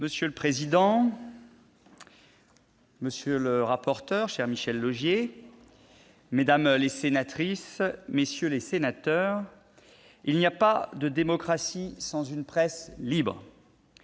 Monsieur le président, monsieur le rapporteur, cher Michel Laugier, mesdames, messieurs les sénateurs, il n'y a pas de démocratie sans une presse libre.